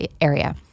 area